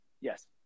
Yes